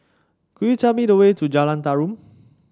could you tell me the way to Jalan Tarum